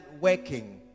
working